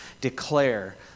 declare